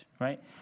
right